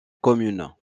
commune